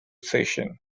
session